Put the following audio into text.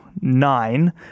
nine